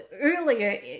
earlier